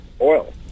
oil